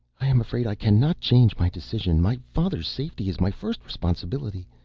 i am afraid i cannot change my decision. my father's safety is my first responsibility.